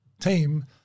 team